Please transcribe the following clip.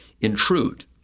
intrude